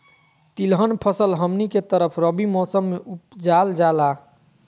तिलहन फसल हमनी के तरफ रबी मौसम में उपजाल जाला